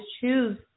choose